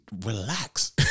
relax